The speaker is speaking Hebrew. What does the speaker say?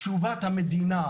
תשובת המדינה,